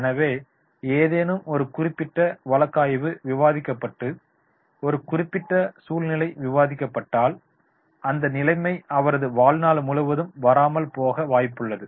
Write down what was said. எனவே ஏதேனும் ஒரு குறிப்பிட்ட வழக்கு ஆய்வு விவாதிக்கப்பட்டு ஒரு குறிப்பிட்ட சூழ்நிலை விவாதிக்கப்பட்டால் அந்த நிலைமை அவரது வாழ்நாள் முழுவதும் வராமல் போக வாய்ப்புள்ளது